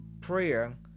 prayer